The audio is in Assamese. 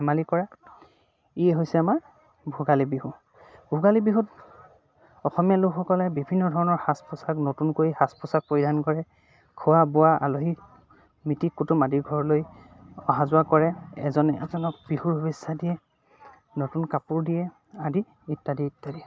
ধেমালি কৰা হৈছে আমাৰ ভোগালী বিহু ভোগালী বিহুত অসমীয়া লোকসকলে বিভিন্ন ধৰণৰ সাজ পোছাক নতুনকৈ সাজ পোছাক পৰিধান কৰে খোৱা বোৱা কৰে আলহীক মিটিৰ কুটুম আদি ঘৰলৈ অহা যোৱা কৰে এজনে এজনক বিহুৰ শুভেচ্ছা দিয়ে নতুন কাপোৰ দিয়ে আদি ইত্যাদি ইত্যাদি